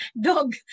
Dog